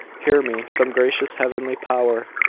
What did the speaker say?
hear me, some gracious heavenly power,